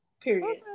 Period